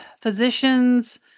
physicians